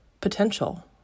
potential